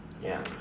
ya